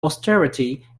austerity